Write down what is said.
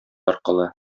аркылы